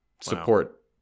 support